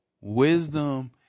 wisdom